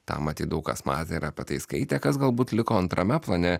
tą matyt daug kas matė ir apie tai skaitė kas galbūt liko antrame plane